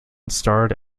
starred